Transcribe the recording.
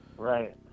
right